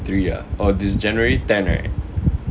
three ah oh this january ten right